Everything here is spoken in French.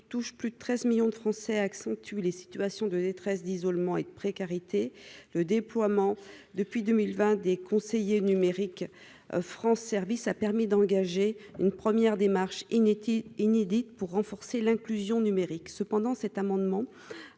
touche plus de 13 millions de Français accentue les situations de détresse d'isolement et de précarité, le déploiement depuis 2020, des conseillers numériques France service a permis d'engager une première démarche inutile inédite pour renforcer l'inclusion numérique cependant cet amendement